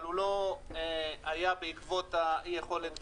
אבל הוא לא היה בעקבות יכולת הגידול.